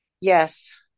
yes